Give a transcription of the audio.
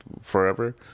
forever